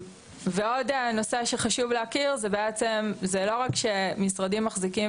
עוד נושא שחשוב להכיר הוא שלא רק משרדים מחזיקים